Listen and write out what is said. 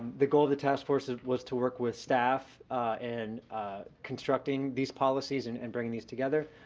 the goal of the task force was to work with staff in constructing these policies and and bringing these together.